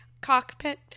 cockpit